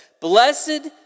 Blessed